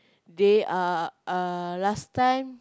they are uh last time